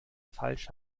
falsch